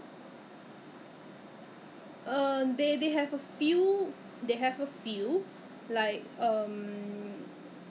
真的是可能是 I don't know whether whether 很多人像我这样 lah because it's !aiya! 几块钱就算了吧 even feedback 都懒得 feedback